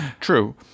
true